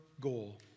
goal